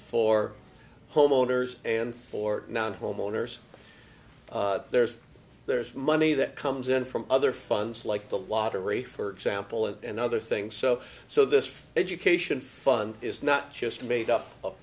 for homeowners and for non homeowners there's there's money that comes in from other funds like the lottery for example and other things so so this education fund is not just made up of